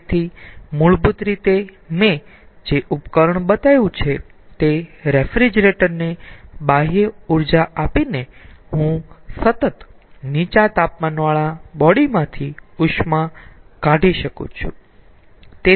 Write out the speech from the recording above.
તેથી મૂળભૂત રીતે મેં જે ઉપકરણ બતાવ્યું છે તે રેફ્રિજરેટર ને બાહ્ય ઊર્જા આપીને હું સતત નીચા તાપમાનવાળા બોડી માંથી ઉષ્મા કાઢી શકું છું